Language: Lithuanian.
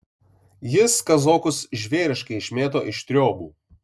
jis kazokus žvėriškai išmėto iš triobų